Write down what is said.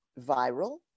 viral